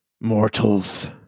mortals